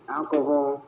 alcohol